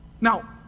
Now